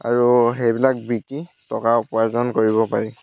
আৰু সেইবিলাক বিক্ৰী টকা উপাৰ্জন কৰিব পাৰি